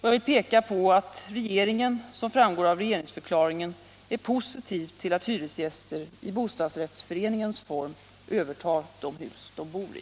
Jag vill peka på att regeringen som framgår av regeringsförklaringen är positiv till att hyresgäster i bostadsrättsföreningens form övertar de hus de bor i.